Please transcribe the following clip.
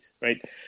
right